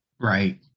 Right